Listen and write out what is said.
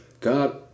God